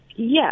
Yes